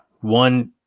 one